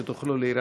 כדי שתוכלו להירשם.